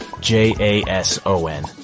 J-A-S-O-N